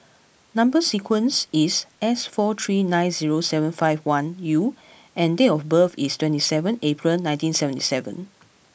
number sequence is S four three nine zero seven five one U and date of birth is twenty seven April nineteen seventy seven